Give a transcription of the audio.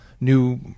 new